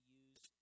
use